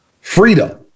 Freedom